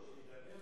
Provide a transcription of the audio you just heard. שידבר לפני.